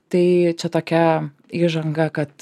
tai čia tokia įžanga kad